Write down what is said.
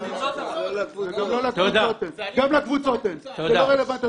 גם בקבוצות אין.